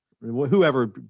whoever